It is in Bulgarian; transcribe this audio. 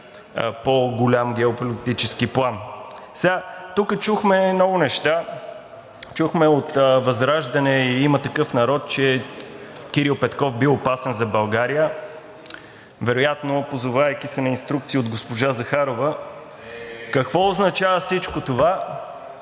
по-голям геополитически план. Тук чухме много неща. Чухме от ВЪЗРАЖДАНЕ и „Има такъв народ“, че Кирил Петков бил опасен за България, вероятно позовавайки се на инструкции от госпожа Захарова. Какво означава всичко това?